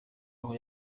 aho